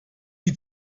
die